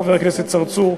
חבר הכנסת צרצור,